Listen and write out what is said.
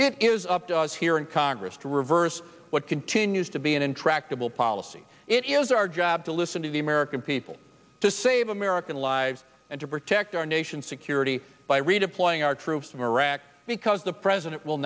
it is up to us here in congress to reverse what continues to be an intractable policy it is our job to listen to the american people to save american lives and to protect our nation security by redeploying our troops from iraq because the president will